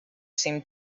seem